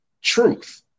truth